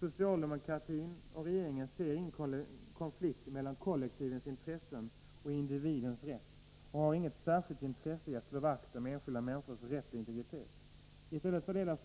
Socialdemokratin och regeringen ser ingen konflikt mellan kollektivens intressen och individens rätt och har inget särskilt intresse av att slå vakt om enskilda människors rätt och integritet.